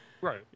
Right